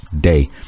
day